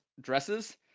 dresses